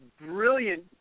brilliant